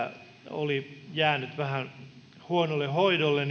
oli jäänyt vähän huonolle hoidolle